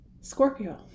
Scorpio